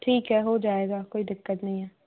ठीक है हो जाएगा कोई दिक़्क़त नहीं है